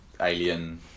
Alien